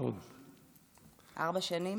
ארבע שנים?